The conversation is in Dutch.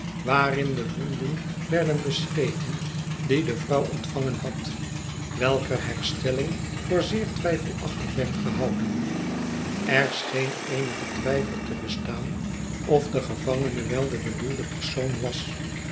waarin de wonden werden beschreven die de vrouw ontvangen had welker herstelling voor zeer twijfelachtig werd gehouden er scheen eenige twijfel te bestaan of de gevangene wel de bedoelde persoon was